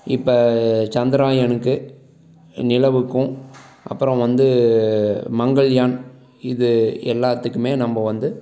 இப்போ சந்திராயனுக்கு நிலவுக்கும் அப்புறோம் வந்து மங்கள்யான் இது எல்லாத்துக்குமே நம்ப வந்து